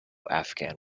afghan